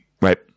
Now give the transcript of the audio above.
Right